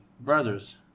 brothers